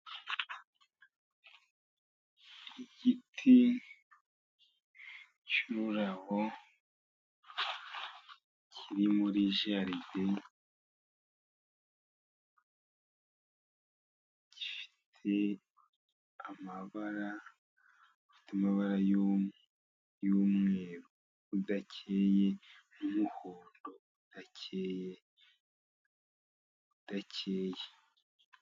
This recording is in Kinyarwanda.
Igiti cyururabo kiri muri garide gifite amabara, amabara y'umweru udakeye umuhondo akeye udakeye.